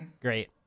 Great